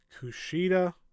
Kushida